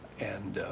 and